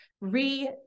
re